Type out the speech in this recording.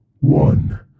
one